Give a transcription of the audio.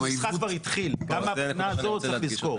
למשל 5% לצורך העניין ואז לא משנה גודל הוועד,